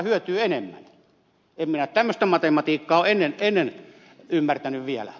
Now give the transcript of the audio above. en minä tämmöistä matematiikkaa ole ennen ymmärtänyt vielä